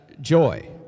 joy